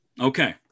Okay